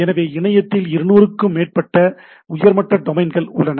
எனவே இணையத்தில் 200 க்கும் மேற்பட்ட உயர்மட்ட டொமைன்கள் உள்ளன